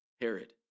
Herod